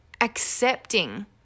accepting